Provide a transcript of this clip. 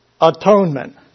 atonement